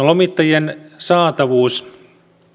lomittajien saatavuus